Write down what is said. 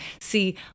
see